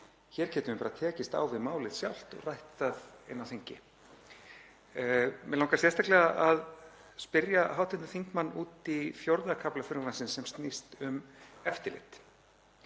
Hér getum við bara tekist á við málið sjálft og rætt það á þingi. Mig langar sérstaklega að spyrja hv. þingmann út í IV. kafla frumvarpsins sem snýst um eftirlit.